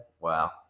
Wow